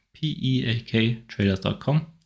peaktraders.com